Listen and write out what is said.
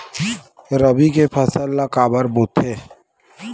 रबी के फसल ला काबर बोथे?